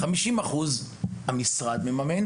המשרד עוזר,